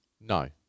No